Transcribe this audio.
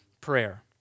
prayer